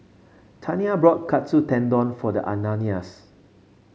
Tania brought Katsu Tendon for the Ananias